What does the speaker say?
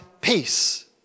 peace